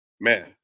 man